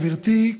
גברתי,